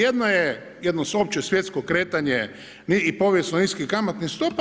Jedna je jedno opće svjetsko kretanje i povijesno niskih kamatnih stopa.